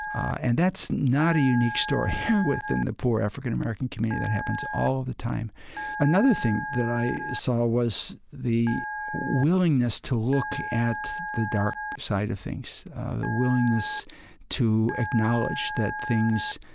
and that's not a unique story within the poor african-american community. that happens all the time another thing that i saw was the willingness to look at the dark side of willingness to acknowledge that things